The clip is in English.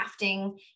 crafting